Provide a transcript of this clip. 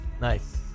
Nice